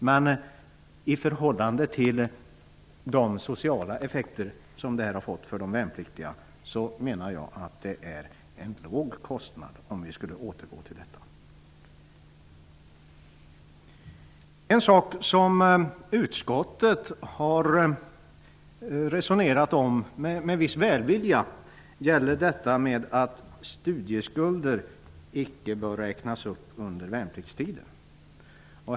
Men i förhållande till de sociala effekter som det har fått för de värnpliktiga är det en låg kostnad att återgå till detta. En sak som utskottet har resonerat om med viss välvilja gäller detta att studieskulder icke bör räknas upp under värnpliktstiden.